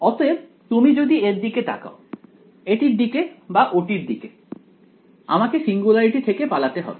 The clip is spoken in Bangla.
অতএব তুমি যদি এর দিকে তাকাও এটির দিকে বা ওটির দিকে আমাকে সিঙ্গুলারিটি থেকে পালাতে হবে